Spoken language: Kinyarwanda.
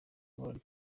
bari